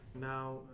now